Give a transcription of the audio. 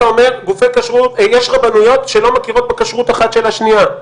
אתה אומר שיש רבנויות שלא מכירות בכשרות אחת של השנייה.